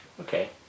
Okay